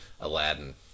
Aladdin